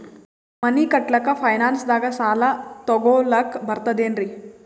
ಮನಿ ಕಟ್ಲಕ್ಕ ಫೈನಾನ್ಸ್ ದಾಗ ಸಾಲ ತೊಗೊಲಕ ಬರ್ತದೇನ್ರಿ?